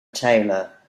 taylor